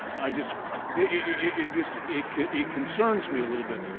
i just it just it it concerns me a little bit.